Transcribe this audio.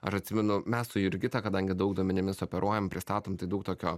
aš atsimenu mes su jurgita kadangi daug duomenimis operuojam pristatom tai daug tokio